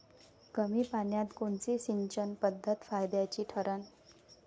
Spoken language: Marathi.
कमी पान्यात कोनची सिंचन पद्धत फायद्याची ठरन?